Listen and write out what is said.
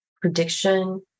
prediction